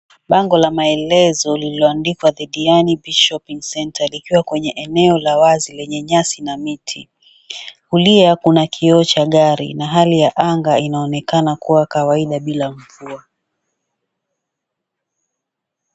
Bango la maelezo lililoandikwa, The Diani Beach Shopping Centre likiwa kwenye eneo la wazi lenye nyasi na miti, kulia kuna kioo cha gari na hali ya anga inaonekana kuwa kawaida bila mvua.